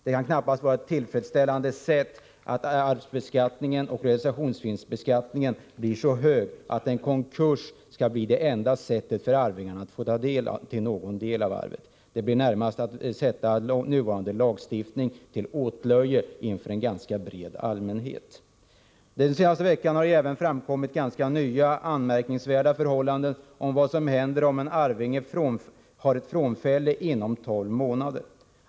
Det kan knappast vara ett tillfredsställande förhållande att arvsskatten och realisationsvinstskatten blir så höga att en konkurs blir det enda sättet för arvingarna att få någon del av arvet. Det blir närmast att utsätta nuvarande lagstiftning för åtlöje inför en bred allmänhet. Den senaste veckan har även framkommit ganska nya och anmärkningsvärda förhållanden om vad som händer om en arvinge faller ifrån inom tolv månader.